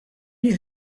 you